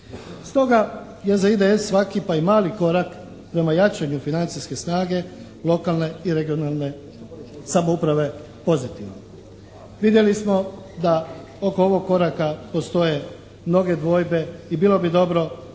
Stoga je za IDS svaki pa i mali korak prema jačanju financijske snage lokalne i regionalne samouprave pozitivan. Vidjeli smo da oko ovog koraka postoje mnoge dvojbe i bilo bi dobro